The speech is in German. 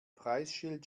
preisschild